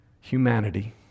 humanity